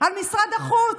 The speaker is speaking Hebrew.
על משרד החוץ.